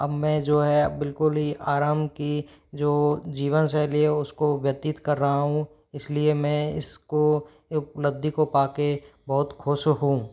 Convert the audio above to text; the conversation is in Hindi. अब मैं जो है बिल्कुल ही आराम की जो जीवन शैली है उसको व्यतीत कर रहा हूँ इस लिए मै इसको उपलब्धि को पा कर बहुत ख़ुश हूँ